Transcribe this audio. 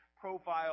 profile